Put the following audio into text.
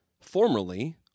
Formerly